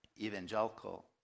evangelical